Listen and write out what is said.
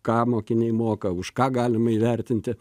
ką mokiniai moka už ką galima įvertinti